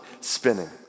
spinning